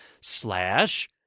slash